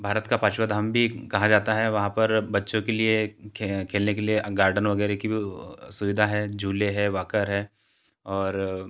भारत का पाँचवा धाम भी कहा जाता है वहाँ पर बच्चों के लिए खे खेलने के लिए गार्डन वगैरह की सुविधा है झूले है वाकर है और